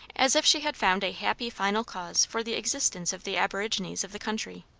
as if she had found a happy final cause for the existence of the aborigines of the country.